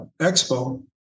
Expo